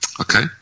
okay